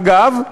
אגב,